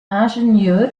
ingenieur